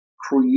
create